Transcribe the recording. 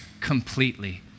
completely